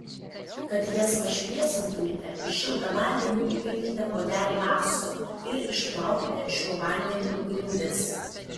kad jas pašviesintumėte į šiltą vandenį įpilkite puodelį acto ir išplaukite šiuo vandeniu grindis